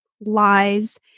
lies